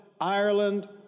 Ireland